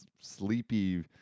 sleepy